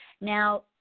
Now